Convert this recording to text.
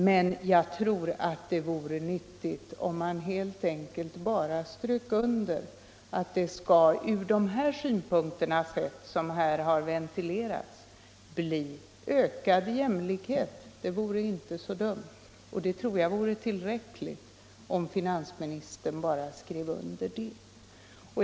Men jag tror att det vore nyttigt om det bara ströks under att man från de utgångspunkter som här har ventilerats vill skapa ökad jämlikhet. Det vore inte så dumt. Och jag tror att det vore tillräckligt, om finansministern bara klart sade ut det.